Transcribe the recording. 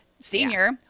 senior